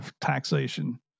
Taxation